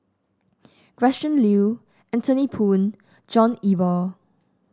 Gretchen Liu Anthony Poon John Eber